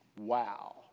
Wow